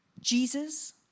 Jesus